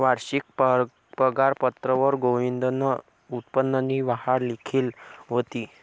वारशिक पगारपत्रकवर गोविंदनं उत्पन्ननी वाढ लिखेल व्हती